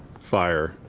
fire